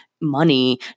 money